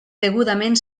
degudament